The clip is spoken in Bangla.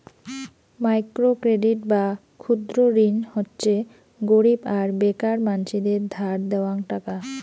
মাইক্রো ক্রেডিট বা ক্ষুদ্র ঋণ হচ্যে গরীব আর বেকার মানসিদের ধার দেওয়াং টাকা